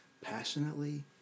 passionately